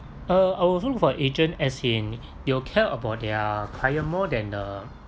uh I also look for agent as in they will care about their client more than the